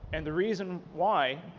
and the reason why,